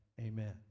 Amen